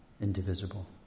indivisible. (